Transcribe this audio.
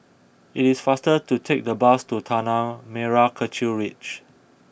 it is faster to take the bus to Tanah Merah Kechil Ridge